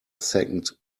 second